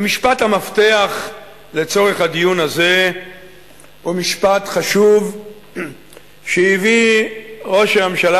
ומשפט המפתח לצורך הדיון הזה הוא משפט חשוב שהביא ראש הממשלה